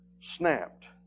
snapped